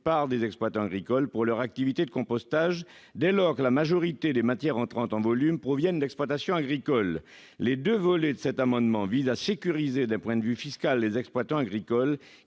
par des exploitants agricoles pour leur activité de compostage, dès lors que la majorité des matières entrantes, en volume, proviennent d'exploitations agricoles. Par ses deux volets, cet amendement vise à sécuriser d'un point de vue fiscal les exploitants agricoles